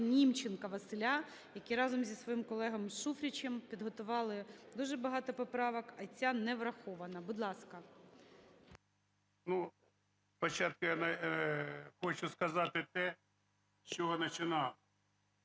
Німченка Василя, який разом зі своїм колегою Шуфричем підготували дуже багато поправок, а ця не врахована. Будь ласка. 17:44:54 НІМЧЕНКО В.І. Хочу сказати те, з чого починав.